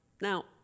Now